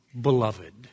Beloved